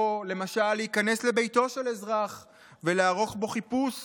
או למשל להיכנס לביתו של אזרח ולערוך בו חיפוש